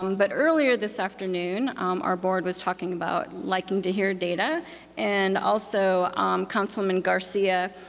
um but earlier this afternoon our board was talking about liking to hear data and also councilman garcia,